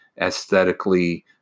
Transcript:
aesthetically